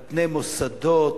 על מוסדות,